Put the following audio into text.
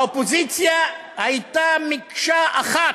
האופוזיציה הייתה מקשה אחת,